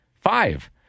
Five